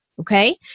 okay